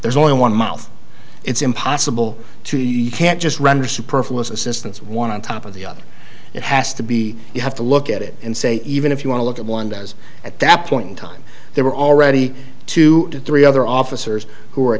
there's only one mouth it's impossible to he can't just render superfluous assistance one on top of the other it has to be you have to look at it and say even if you want to look at one does at that point in time there were already two or three other officers who